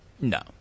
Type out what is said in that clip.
No